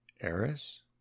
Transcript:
Eris